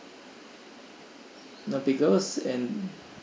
no pickles and